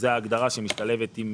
זו ההגדרה שמשתלבת עם